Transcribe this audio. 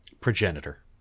progenitor